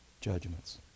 judgments